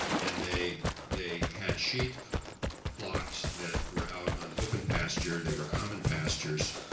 and they, they had sheep flocks that were out on open pasture, they were common pastures,